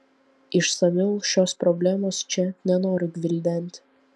išsamiau šios problemos čia nenoriu gvildenti